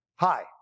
Hi